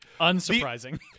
Unsurprising